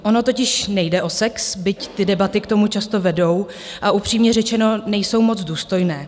Ono totiž nejde o sex, byť ty debaty k tomu často vedou, a upřímně řečeno, nejsou moc důstojné.